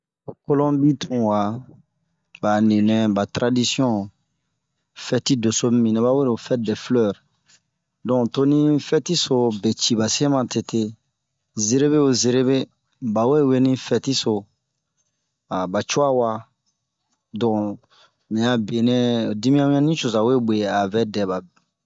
Ho Kɔlɔmbi tun, ba ninɛ min ba taradisiɔn, fɛti dɛso lo fɛti dɛ filɛre.donke to din fɛti so be cii ba se matete. zeremi wo zeremi, ba we weni fɛti so, han ba coa wa. Donke mua benɛ dimiɲan mami nicoza we gue a'a vɛ dɛba.